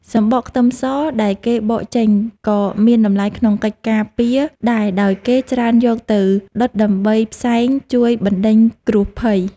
សំបកខ្ទឹមសដែលគេបកចេញក៏មានតម្លៃក្នុងកិច្ចការពារដែរដោយគេច្រើនយកទៅដុតដើម្បីផ្សែងជួយបណ្តេញគ្រោះភ័យ។